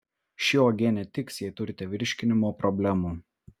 ši uogienė tiks jei turite virškinimo problemų